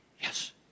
Yes